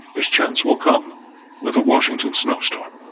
his chance will come with a washington snowstorm.